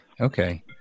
Okay